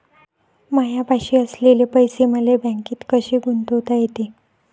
मायापाशी असलेले पैसे मले बँकेत कसे गुंतोता येते?